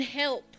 help